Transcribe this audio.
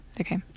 okay